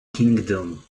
kingdom